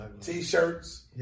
t-shirts